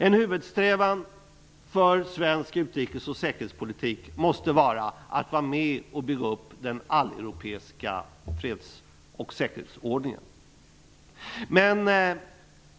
En huvudsträvan för svensk utrikes och säkerhetspolitik måste vara att vara med och bygga upp den alleuropeiska freds och säkerhetsordningen.